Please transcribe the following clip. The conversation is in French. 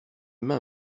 main